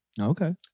Okay